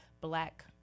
black